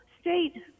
state